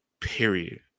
Period